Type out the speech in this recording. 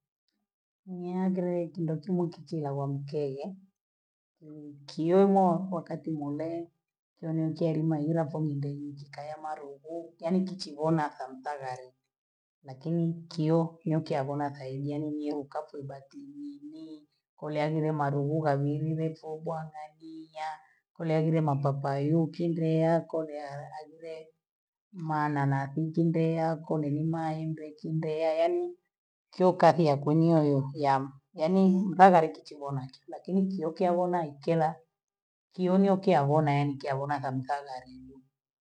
Niandre kindo kimo kichila wamkeye kiu kiumwa wakati molee, kyeno nikyadi mahila komindei nkikaya malovo yaani nkichivona hamtavale lakini kyo nkiabhona kaijia ni miluka kaebati nyinyi, kole aulumula luhula wiile soda ng'aniya, kole yule matapayi yukindeako vya agiree, maa makuchindee yako lenyi maembe kindeya yani kyo kazi ya kunioyo yamu yaani mpaka likichegua make lakini kiokya wanaikela kionyoki yavona yaani kiyavona kabisa walinyu.